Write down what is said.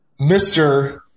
Mr